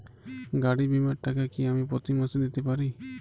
গাড়ী বীমার টাকা কি আমি প্রতি মাসে দিতে পারি?